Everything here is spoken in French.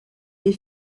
les